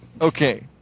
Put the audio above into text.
Okay